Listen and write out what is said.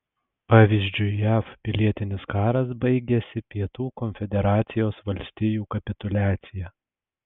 pavyzdžiui jav pilietinis karas baigėsi pietų konfederacijos valstijų kapituliacija